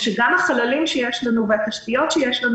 ושגם החללים שיש לנו והתשתיות שיש לנו